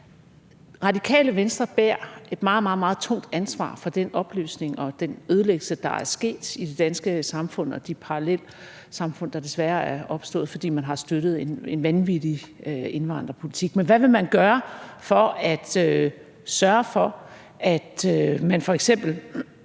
Radikale Venstre bærer et meget, meget tungt ansvar for den opløsning og den ødelæggelse, der er sket i det danske samfund, og for de parallelsamfund, der desværre er opstået, fordi man har støttet en vanvittig indvandrerpolitik. Men hvad vil Radikale Venstre gøre for at sørge for, at man f.eks.